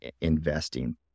investing